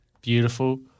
Beautiful